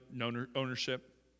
ownership